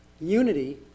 Unity